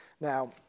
Now